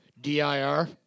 D-I-R